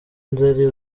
nzeli